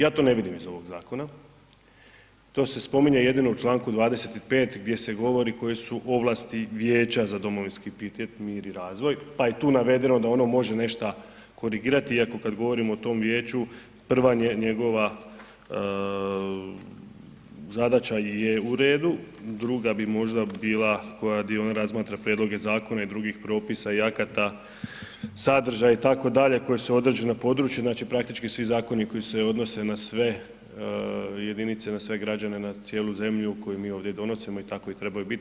Ja to ne vidim iz ovog zakona, to se spominje jedino u članku 25. gdje se govori koje se ovlasti za domovinski pijetet, mir i razvoj pa je tu navedeno da ono može nešta korigirati iako kada govorimo o tom vijeću prva njegova zadaća je uredu, druga bi možda bila koja gdje on razmatra prijedloge zakona i drugih propisa i akata, sadržaja itd. koja su određena područja, praktički svi zakoni koji se odnose na sve jedinice, na sve građane, na cijelu zemlju koju mi ovdje donosimo i tako i treba biti.